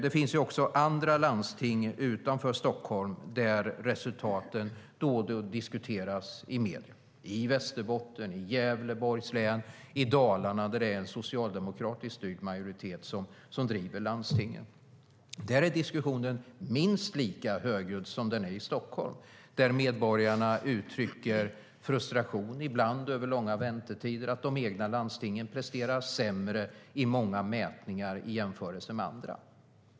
Det finns andra landsting, utanför Stockholm, där resultaten då och då diskuteras i medier - i Västerbotten, Gävleborgs län, Dalarna där det är en socialdemokratiskt styrd majoritet som driver landstingen. Där är diskussionen minst lika högljudd som den är i Stockholm. Medborgarna uttrycker frustrationen över ibland långa väntetider och menar enligt många mätningar att de egna landstingen presterar sämre i jämförelse med andra.